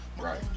Right